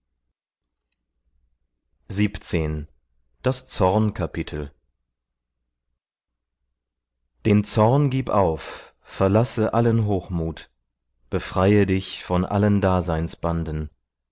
den zorn gib auf verlasse allen hochmut befreie dich von allen daseinsbanden